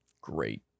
great